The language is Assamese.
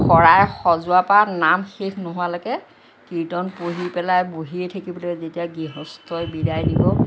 শৰাই সজোৱাৰ পৰা নাম শেষ নোহোৱালৈকে কীৰ্ত্তন পঢ়ি পেলাই বহিয়েই থাকিব লাগিব যেতিয়া গৃহস্থই বিদায় দিব